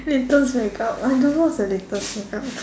latest makeup I don't know what's the latest makeup